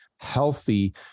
healthy